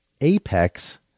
Apex